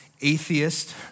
atheist